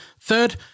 third